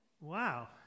wow